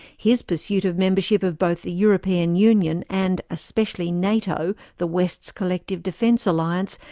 his pursuit of membership of both the european union and especially nato, the west's collective defence alliance,